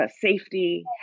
safety